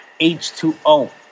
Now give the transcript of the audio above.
H2O